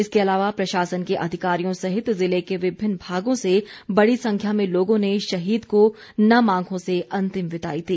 इसके अलावा प्रशासन के अधिकारियों सहित जिले के विभिन्न भागों से बड़ी संख्या में लोगों ने शहीद को नम आंखों से अंतिम विदाई दी